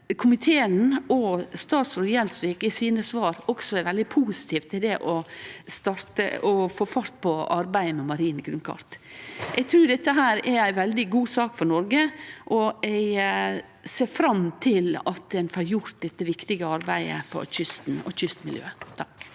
komiteen og statsråd Gjelsvik i sine svar er veldig positive til å få fart på arbeidet med marine grunnkart. Eg trur dette er ei veldig god sak for Noreg, og eg ser fram til at ein får gjort dette viktige arbeidet for kysten og kystmiljøet.